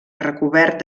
recobert